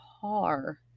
car